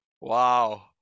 Wow